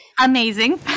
amazing